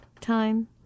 time